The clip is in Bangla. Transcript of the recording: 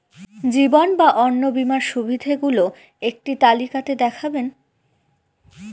জীবন বা অন্ন বীমার সুবিধে গুলো একটি তালিকা তে দেখাবেন?